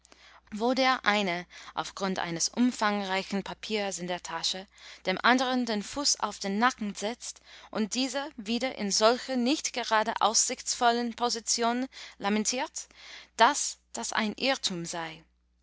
wo der eine auf grund eines umfangreichen papiers in der tasche dem anderen den fuß auf den nacken setzt und dieser wieder in solcher nicht gerade aussichtsvollen position lamentiert daß das ein irrtum sei